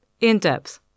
In-depth